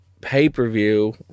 Pay-per-view